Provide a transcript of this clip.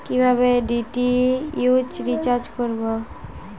কিভাবে DTH recharge করব?